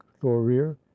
thorir